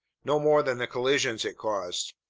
no more than the collisions it caused.